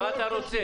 מה אתה רוצה?